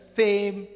fame